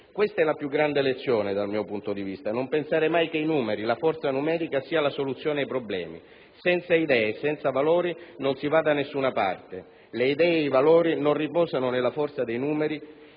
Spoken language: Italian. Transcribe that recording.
Questa è la più grande lezione dal mio punto di vista: non pensare mai che i numeri, la forza numerica siano la soluzione ai problemi. Senza idee e senza valori non si va da nessuna parte. Le idee e i valori non riposano nella forza dei numeri